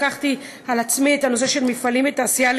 לקחתי על עצמי לקדם את הנושא של מפעלים ותעשייה.